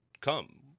come